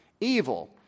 evil